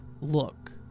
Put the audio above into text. look